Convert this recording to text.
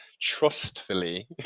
trustfully